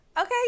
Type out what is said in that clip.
Okay